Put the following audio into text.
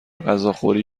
غذاخوری